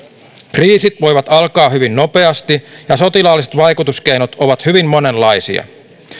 kriisit voivat alkaa hyvin nopeasti ja sotilaalliset vaikutuskeinot ovat hyvin monenlaisia